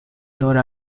odore